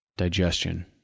Digestion